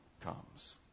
comes